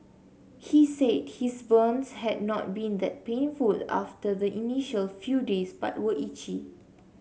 he said his burns had not been that painful after the initial few days but were itchy